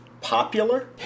popular